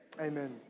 amen